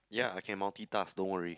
yea I can multitask don't worry